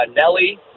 Nelly